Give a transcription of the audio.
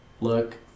look